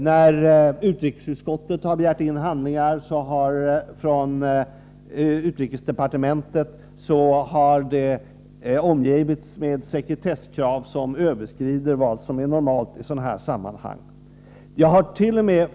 När utrikesutskottet har begärt handlingar från utrikesdepartementet har det omgetts med sekretesskrav som överskrider vad som är normalt i dylika sammanhang. Jag hart.o.m.